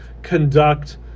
conduct